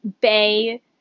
bay